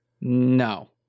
No